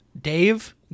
Dave